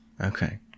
Okay